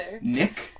Nick